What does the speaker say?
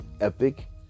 epic